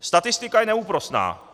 Statistika je neúprosná.